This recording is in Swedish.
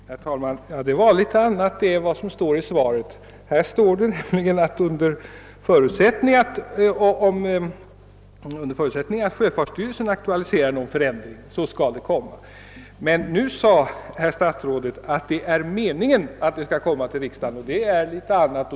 Herr talman! Det där var något annat än vad som står i svaret! Där står det att under förutsättning att sjöfartsstyrelsen aktualiserar en förändring, så kan den göras. Nu säger statsrådet att meningen är att förslag skall föreläggas riksdagen, och det är något annat.